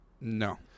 No